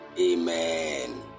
amen